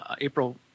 April